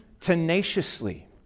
tenaciously